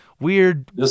weird